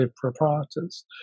proprietors